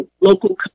local